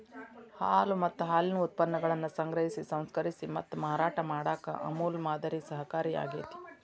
ಹಾಲು ಮತ್ತ ಹಾಲಿನ ಉತ್ಪನ್ನಗಳನ್ನ ಸಂಗ್ರಹಿಸಿ, ಸಂಸ್ಕರಿಸಿ ಮತ್ತ ಮಾರಾಟ ಮಾಡಾಕ ಅಮೂಲ್ ಮಾದರಿ ಸಹಕಾರಿಯಾಗ್ಯತಿ